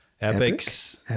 Epics